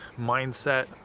mindset